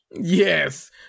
Yes